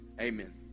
amen